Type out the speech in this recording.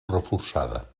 reforçada